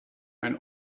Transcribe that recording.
ein